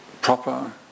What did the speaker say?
proper